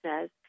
says